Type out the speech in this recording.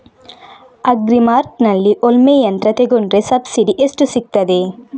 Agri ಮಾರ್ಟ್ನಲ್ಲಿ ಉಳ್ಮೆ ಯಂತ್ರ ತೆಕೊಂಡ್ರೆ ಸಬ್ಸಿಡಿ ಎಷ್ಟು ಸಿಕ್ತಾದೆ?